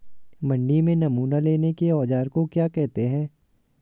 मंडी में नमूना लेने के औज़ार को क्या कहते हैं?